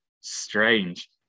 Strange